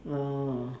oh